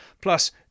plus